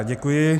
Děkuji.